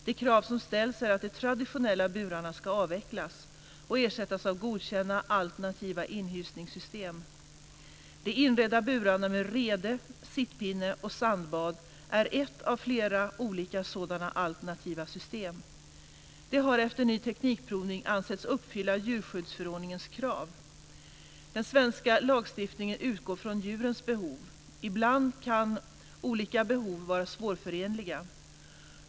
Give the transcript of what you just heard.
De krav som ställs är att de traditionella burarna ska avvecklas och ersättas av godkända, alternativa inhysningssystem. De inredda burarna med rede, sittpinne och sandbad är ett av flera olika sådana alternativa system. De har efter ny teknikprovning ansetts uppfylla djurskyddsförordningens krav. Den svenska lagstiftningen utgår från djurens behov. Ibland kan olika behov vara svårförenliga.